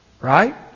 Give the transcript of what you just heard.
Right